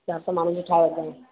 चारि सौ माण्हूनि जी ठाहे वठंदा आहियूं